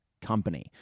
company